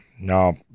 Now